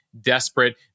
desperate